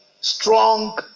strong